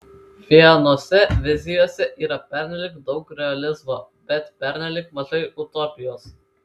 vienose vizijose yra pernelyg daug realizmo bet pernelyg mažai utopijos